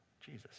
Jesus